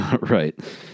right